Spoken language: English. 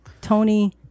Tony